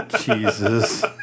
Jesus